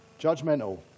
Judgmental